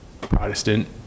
Protestant